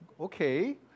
Okay